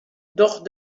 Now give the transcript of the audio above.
doch